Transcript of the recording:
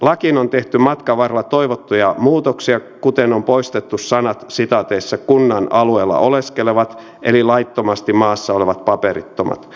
lakiin on tehty matkan varrella toivottuja muutoksia kuten on poistettu sanat kunnan alueella oleskelevat eli laittomasti maassa olevat paperittomat